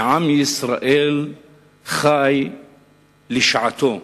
שעם ישראל חי לשעתו.